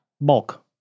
Bulk